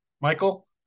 Michael